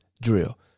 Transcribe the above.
drill